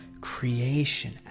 creation